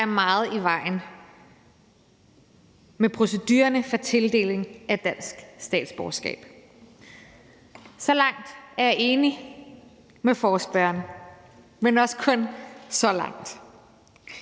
Der er meget i vejen med procedurerne for tildeling af dansk statsborgerskab. Så langt er jeg enig med forespørgerne, men også kun så langt.